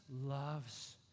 loves